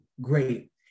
Great